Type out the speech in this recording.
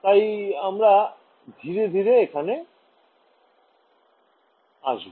তাই আমরা ধিরে ধিরে এখানে আসবো